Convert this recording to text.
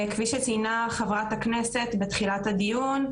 כפי שציינה חברת הכנסת בתחילת הדיון,